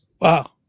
Wow